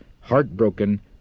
heartbroken